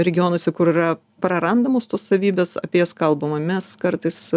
regionuose kur yra prarandamos tos savybės apie jas kalbama mes kartais